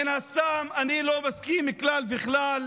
מן הסתם אני לא מסכים כלל וכלל